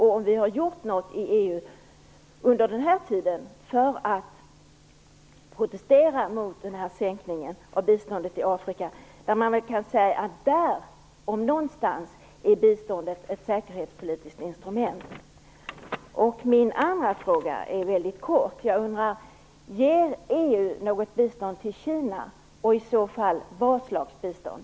Har vi gjort något i EU under den här tiden för att protestera mot sänkningen av biståndet till Afrika? Där, om någonstans, är ju biståndet ett säkerhetspolitiskt instrument. Min andra fråga är kort: Ger EU något bistånd till Kina, och i så fall vad slags bistånd?